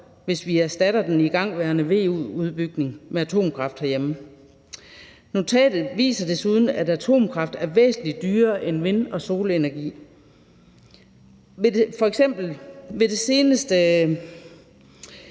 hvis vi erstatter den igangværende VE-udbygning med atomkraft herhjemme. Notatet viser desuden, at atomkraft er væsentlig dyrere end vind- og solenergi. Vind- og solenergi